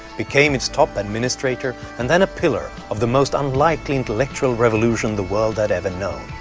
became its top administrator, and then a pillar of the most unlikely intellectual revolution the world had ever known.